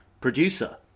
producer